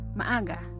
maaga